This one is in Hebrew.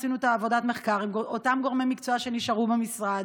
עשינו את עבודת המחקר עם אותם גורמי מקצוע שנשארו במשרד.